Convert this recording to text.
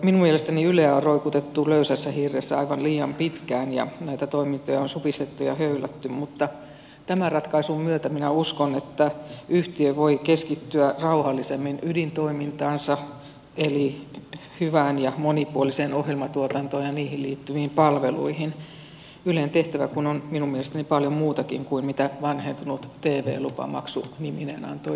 minun mielestäni yleä on roikutettu löysässä hirressä aivan liian pitkään ja näitä toimintoja on supistettu ja höylätty mutta tämän ratkaisun myötä minä uskon että yhtiö voi keskittyä rauhallisemmin ydintoimintaansa eli hyvään ja monipuoliseen ohjelmatuotantoon ja siihen liittyviin palveluihin ylen tehtävä kun on minun mielestäni paljon muutakin kuin vanhentunut tv lupamaksu nimineen antoi ymmärtää